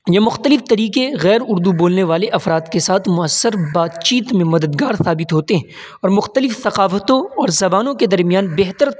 یہ مختلف طریقے غیر اردو بولنے والے افراد سے ساتھ موٌثر بات چیت میں مددگار ثابت ہوتے ہیں اور مختلف ثقافتون زبانوں کے درمیان بہتر